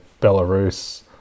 Belarus